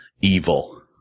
evil